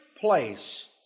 place